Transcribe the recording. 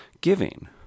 giving